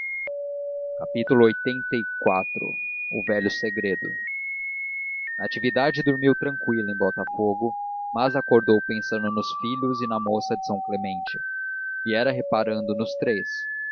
grande noite lxxxiv o velho segredo natividade dormiu tranquila em botafogo mas acordou pensando nos filhos e na moça de são clemente viera reparando nos três